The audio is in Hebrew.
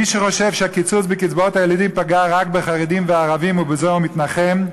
מי שחושב שהקיצוץ בקצבאות הילדים פגע רק בחרדים ובערבים ובזה הוא מתנחם,